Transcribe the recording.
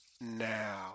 now